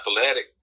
athletic